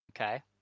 okay